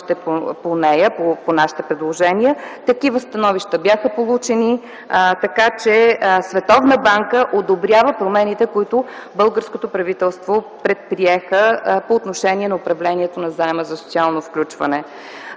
ще дадат становище по тях. Такива становища бяха получени. Така че Световната банка одобрява промените, които българското правителство предприе, по отношение управлението на заема за социално включване.